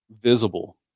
visible